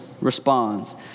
responds